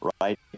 right